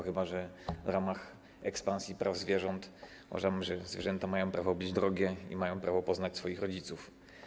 Chyba że w ramach ekspansji praw zwierząt uważamy, że zwierzęta mają prawo być drogie i mają prawo poznać swoich rodziców.